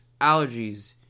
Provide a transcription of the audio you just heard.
allergies